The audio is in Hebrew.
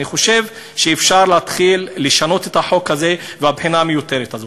אני חושב שאפשר להתחיל לשנות את החוק הזה והבחינה המיותרת הזאת.